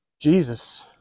Jesus